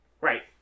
Right